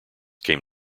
came